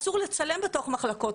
אסור לצלם בתוך מחלקות,